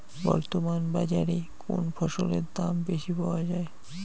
বর্তমান বাজারে কোন ফসলের দাম বেশি পাওয়া য়ায়?